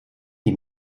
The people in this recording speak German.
die